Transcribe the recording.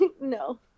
no